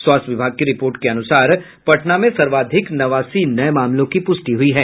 स्वास्थ्य विभाग की रिपोर्ट के अनुसार पटना में सर्वाधिक नवासी नये मामलों की पुष्टि हुई है